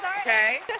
Okay